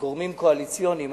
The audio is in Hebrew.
גורמים קואליציוניים,